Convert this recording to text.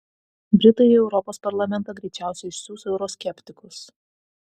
britai į europos parlamentą greičiausiai išsiųs euroskeptikus